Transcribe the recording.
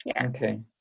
Okay